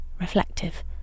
reflective